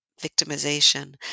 victimization